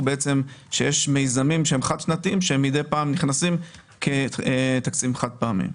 היא כי יש מיזמים שהם חד שנתיים שמדי פעם הם נכנסים כתקציבים חד פעמיים.